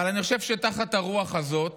אבל אני חושב שתחת הרוח הזאת